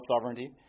sovereignty